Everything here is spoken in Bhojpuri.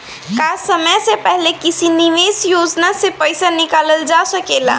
का समय से पहले किसी निवेश योजना से र्पइसा निकालल जा सकेला?